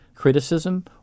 criticism